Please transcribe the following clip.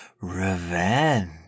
Revenge